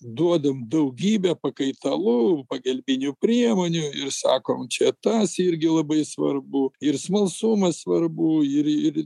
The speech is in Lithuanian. duodam daugybę pakaitalų pagalbinių priemonių ir sakom čia tas irgi labai svarbu ir smalsumas svarbu ir ir